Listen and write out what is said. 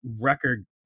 record